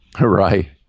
Right